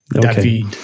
David